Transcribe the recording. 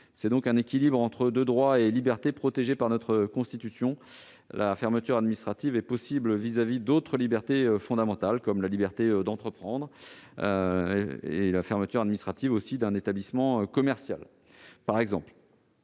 s'agit donc d'un équilibre entre deux droits et libertés protégés par la Constitution. La fermeture administrative est possible pour ce qui concerne l'exercice d'autres libertés fondamentales, comme la liberté d'entreprendre, avec la fermeture administrative d'un établissement commercial par exemple.